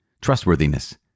trustworthiness